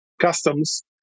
customs